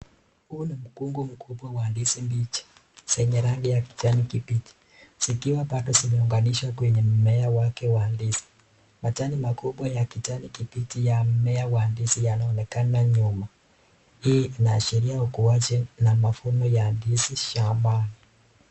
Huu ni mkungu mkubwa wa ndizi mbichi zenye rangi ya kijani kibichi. Zikiwa bado zimeunganishwa kwenye mmea wake wa ndizi. Majani makubwa ya kijani kibichi ya mmea wa ndizi yanaonekana nyuma. Hii inaashiria ukuaji na mavuno ya shambani.